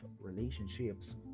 relationships